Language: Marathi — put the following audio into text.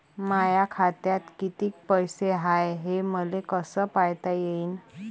माया खात्यात कितीक पैसे हाय, हे मले कस पायता येईन?